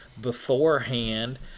beforehand